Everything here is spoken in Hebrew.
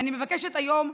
אני מבקשת היום: